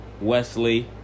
Wesley